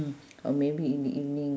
mm or maybe in the evening